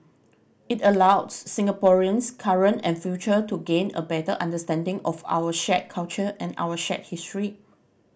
it allows Singaporeans current and future to gain a better understanding of our shared culture and our shared history